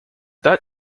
that